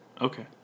Okay